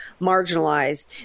marginalized